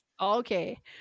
Okay